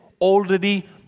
already